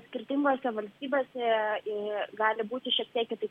skirtingose valstybėse gali būti šiek tiek kitaip